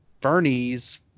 Bernie's